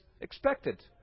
expected